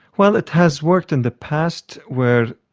well it has worked in the past where